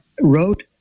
wrote